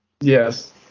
Yes